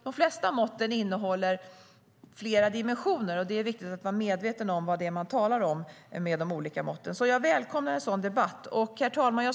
De flesta mått innehåller alltså flera dimensioner, och det är viktigt att vara medveten om vad man talar om när det gäller de olika måtten. Jag välkomnar en sådan debatt. Herr talman!